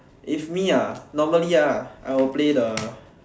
if me ah normally ah I will play the